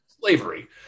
slavery